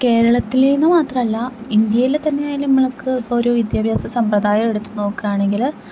കേരളത്തില് എന്ന് മാത്രവല്ല ഇന്ത്യയിൽ തന്നെ ആയാലും നമ്മൾക്ക് ഒര് വിദ്യാഭ്യാസ സമ്പ്രദായം എടുത്ത് നോക്കുകയാണെങ്കിൽ